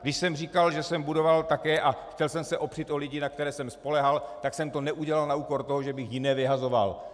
Když jsem říkal, že jsem budoval také a chtěl jsem se opřít o lidi, na které jsem spoléhal, tak jsem to neudělal na úkor toho, že bych jiné vyhazoval.